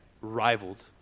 rivaled